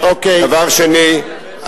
דבר שני,